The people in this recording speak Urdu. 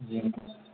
جی